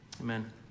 amen